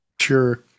Sure